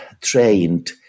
trained